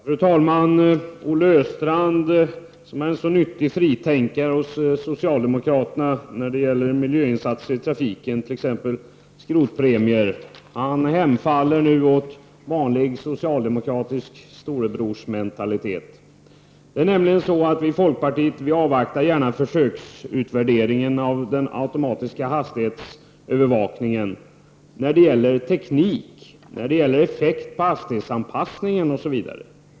Fru talman! Olle Östrand, som är en nyttig fritänkare inom socialdemokraterna när det gäller miljöinsatser i trafiken, t.ex. skrotpremier, hemfaller nu åt vanlig socialdemokratisk storebrorsmentalitet. Det är nämligen så att folkpartiet gärna avvaktar utvärderingen av försöket med den automatiska hastighetsövervakningen när det gäller teknik och när det gäller effekterna av hastighetsanpassningen.